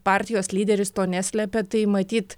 partijos lyderis to neslepia tai matyt